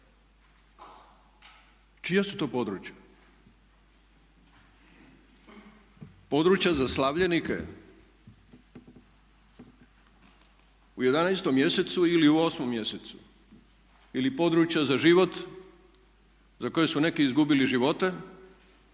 Čija su to područja? Područja za slavljenike? U 11 mjesecu ili u 8 mjesecu? Ili područja za život za koje su neki izgubili živote